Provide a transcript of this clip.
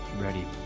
ready